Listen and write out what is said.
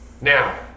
Now